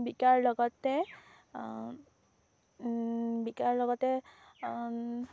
বিকাৰ লগতে বিকাৰ লগতে